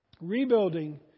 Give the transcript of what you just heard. Rebuilding